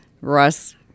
Russ